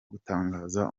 gutangaza